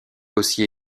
aussi